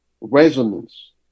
resonance